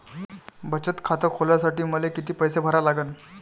बचत खात खोलासाठी मले किती पैसे भरा लागन?